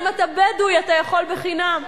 אם אתה בדואי, אתה יכול בחינם.